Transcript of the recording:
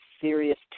serious